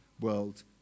world